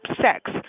sex